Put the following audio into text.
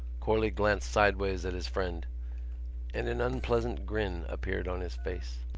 corley glanced sideways at his friend and an unpleasant grin appeared on his face.